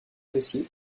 précis